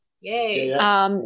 Yay